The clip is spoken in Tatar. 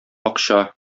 акча